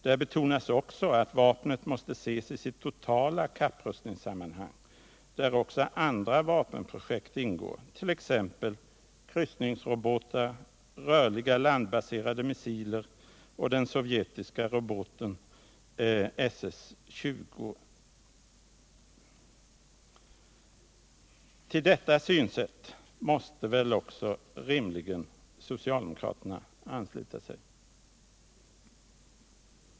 Där betonas också att vapnet måste ses i sitt totala kapprustningssammanhang, där också andra vapenprojekt ingår, t.ex. kryssningsrobotar, rörliga landbaserade missiler och den sovjetiska roboten SS 20. Till detta synsätt måste väl rimligen också socialdemokraterna ansluta sig.